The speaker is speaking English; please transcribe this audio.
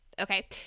Okay